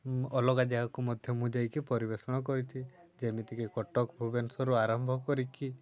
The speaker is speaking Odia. ଅଲଗା ଜାଗାକୁ ମଧ୍ୟ ମୁଁ ଯାଇକି ପରିବେଷଣ କରିଛି ଯେମିତିକି କଟକ ଭୁବନେଶ୍ୱରରୁ ଆରମ୍ଭ କରିକି